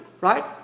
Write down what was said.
right